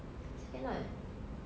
so cannot